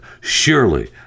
surely